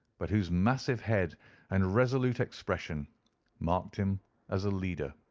but whose massive head and resolute expression marked him as a leader.